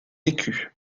écu